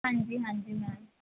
ਹਾਂਜੀ ਹਾਂਜੀ ਮੈਮ